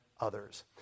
others